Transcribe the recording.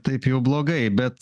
taip jau blogai bet